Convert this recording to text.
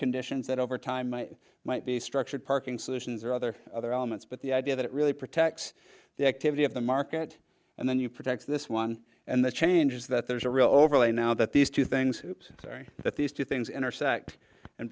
conditions that over time i might be structured parking solutions or other other elements but the idea that it really protects the activity of the market and then you protect this one and the changes that there's a real overlay now that these two things carry that these two things intersect and